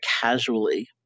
casually